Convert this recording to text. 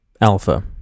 Alpha